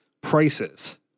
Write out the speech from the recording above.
prices